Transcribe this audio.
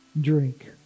drink